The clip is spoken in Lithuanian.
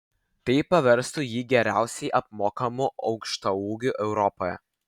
tai paverstų jį geriausiai apmokamu aukštaūgiu europoje